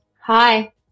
Hi